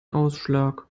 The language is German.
ausschlag